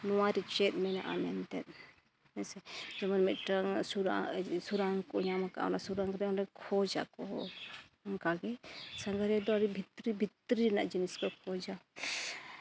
ᱱᱚᱣᱟ ᱨᱮ ᱪᱮᱫ ᱢᱮᱱᱟᱜᱼᱟ ᱢᱮᱱᱛᱮᱫ ᱡᱮᱢᱚᱱ ᱢᱤᱫᱴᱮᱱ ᱠᱷᱚᱡᱽ ᱟᱠᱚ ᱚᱱᱠᱟ ᱜᱮ ᱥᱟᱸᱜᱷᱟᱨᱤᱭᱟᱹ ᱫᱚ ᱟᱹᱰᱤ ᱵᱷᱤᱛᱨᱤ ᱵᱷᱤᱛᱨᱤ ᱨᱮᱱᱟᱜ ᱡᱤᱱᱤᱥ ᱠᱚ ᱠᱷᱚᱡᱟ